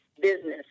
business